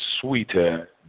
sweeter